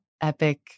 epic